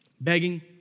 begging